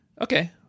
Okay